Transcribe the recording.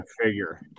figure